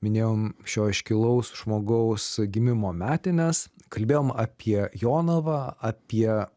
minėjau šio iškilaus žmogaus gimimo metines kalbėjom apie jonavą apie